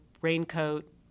raincoat